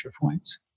points